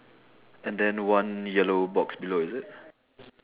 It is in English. and then one yellow box below is it